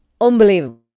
unbelievable